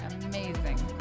amazing